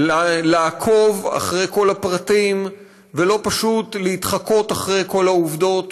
לעקוב אחרי כל הפרטים ולא פשוט להתחקות אחר כל העובדות,